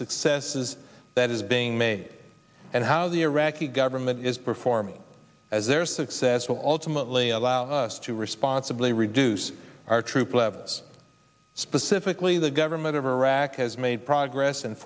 successes that is being made and how the iraqi government is performing as their success will ultimately allow us to responsibly reduce our troop levels specifically the government of iraq has made progress